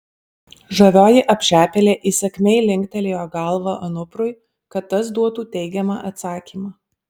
žavioji apšepėlė įsakmiai linktelėjo galva anuprui kad tas duotų teigiamą atsakymą